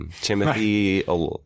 Timothy